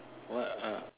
what ah